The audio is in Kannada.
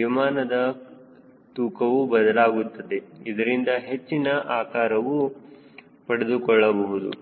ವಿಮಾನದ ತೂಕವು ಬದಲಾಗುತ್ತದೆ ಇದರಿಂದ ಹೆಚ್ಚಿನ ಆಕಾರವು ಪಡೆದುಕೊಳ್ಳಬಹುದು